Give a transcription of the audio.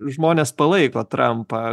žmonės palaiko trampą